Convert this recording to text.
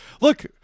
Look